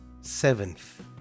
seventh